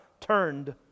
turned